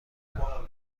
امتحان